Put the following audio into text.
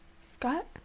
Scott